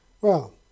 Well